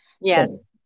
Yes